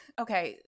okay